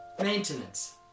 Maintenance